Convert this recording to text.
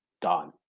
done